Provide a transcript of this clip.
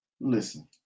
Listen